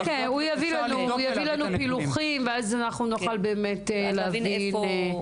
הוא יביא לנו פילוחים ואז נוכל להבין את זה.